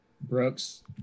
Brooks